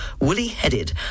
woolly-headed